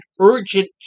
Urgent